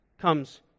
comes